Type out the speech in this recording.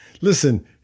Listen